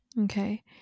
okay